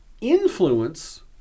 influence